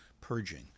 purging